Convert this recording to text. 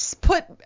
put